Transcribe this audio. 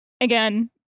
Again